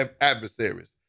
adversaries